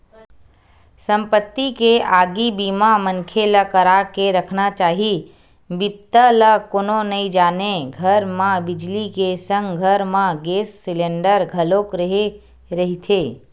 संपत्ति के आगी बीमा मनखे ल करा के रखना चाही बिपदा ल कोनो नइ जानय घर म बिजली के संग घर म गेस सिलेंडर घलोक रेहे रहिथे